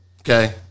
Okay